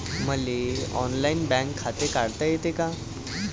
मले online bank खाते काढता येते का?